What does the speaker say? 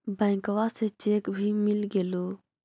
बैंकवा से चेक भी मिलगेलो?